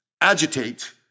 agitate